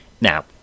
Now